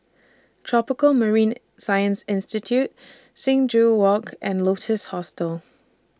Tropical Marine Science Institute Sing Joo Walk and Lotus Hostel